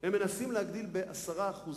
הם מנסים להגדיל ב-10%